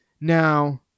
Now